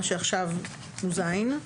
מה שעכשיו (ז).